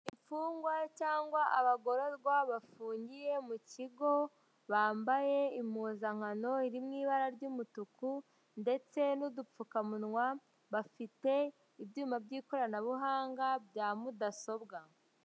Imfungwa cyangwa abagororwa bafungiye mu kigo, bambaye impuzankano iri mu ibara ry'umutuku, ndetse n'udupfukamunwa, bafite ibyuma by'ikoranabuhanga bya mudasobwa.